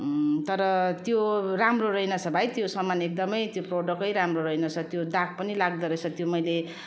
तर त्यो राम्रो रहेन छ भाइ त्यो सामान एकदम त्यो प्रडक्टकै राम्रो रहेन छ त्यो दाग पनि लाग्दो रहेछ त्यो मैले